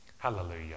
Hallelujah